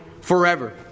forever